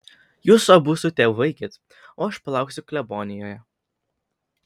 jūs abu su tėvu eikit o aš palauksiu klebonijoje